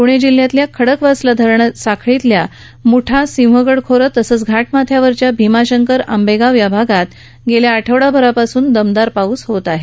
पुणे जिल्ह्यातील खडकवासला धरण साखळीतील मुठा सिंहगड खोरे तसेच घाटमाथ्यावरील भीमाशंकर आंबेगाव या भागात आठवड्यापासून दमदार पाऊस सुरू आहे